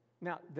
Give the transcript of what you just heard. Now